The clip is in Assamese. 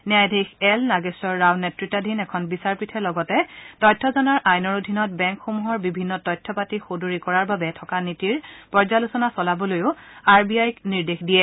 ন্যায়াধীশ এল নাগেখৰ ৰাও নেতৃতাধীন এখন বিচাৰপীঠে লগতে তথ্য জনাৰ আইনৰ অধীনত বেংকসমূহৰ বিভিন্ন তথ্য পাতি সদৰি কৰাৰ বাবে থকা নীতিৰ পৰ্যালোচনা চলাবলৈও আৰ বি আইক নিৰ্দেশ দিয়ে